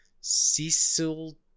Cecil